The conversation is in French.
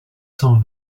cent